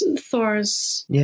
Thor's